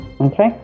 Okay